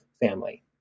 family